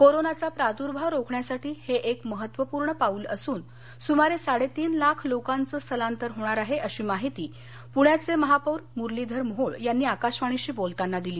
कोरोनाचा प्रादूर्भाव रोखण्यासाठी हे एक महत्वपूर्ण पाऊल असून सुमारे साडेतीन लाख लोकांचं स्थलांतर होणार आहे अशी माहिती पुण्याचे महापौर मुरलीधर मोहोळ यांनी आकाशवाणीशी बोलताना दिली